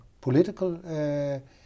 political